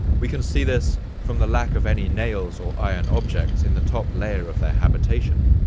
we can see this from the lack of any nails or iron objects in the top layer of their habitation.